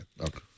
Okay